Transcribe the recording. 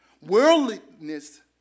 Worldliness